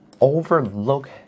overlook